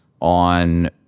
on